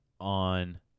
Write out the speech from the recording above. on